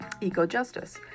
eco-justice